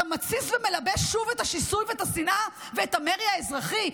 אתה מתסיס ומלבה שוב את השיסוי ואת השנאה ואת המרי האזרחי.